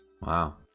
Wow